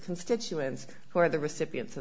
constituents who are the recipients